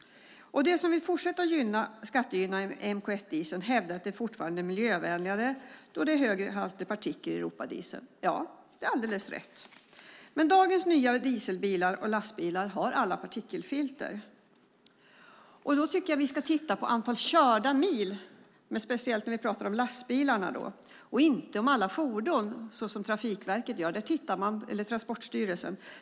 De som vill fortsätta att skattegynna MK1-dieseln hävdar att den fortfarande är miljövänligare då det är högre halter partiklar i Europadieseln. Ja, det är alldeles rätt, men dagens nya dieselbilar och lastbilar har alla partikelfilter. Jag tycker att vi ska titta på antalet körda mil, speciellt när vi talar om lastbilarna, och inte om antalet fordon, som Transportstyrelsen gör.